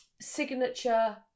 signature